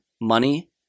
money